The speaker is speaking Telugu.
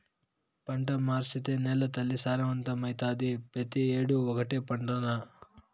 పంట మార్సేత్తే నేలతల్లి సారవంతమైతాది, పెతీ ఏడూ ఓటే పంటనా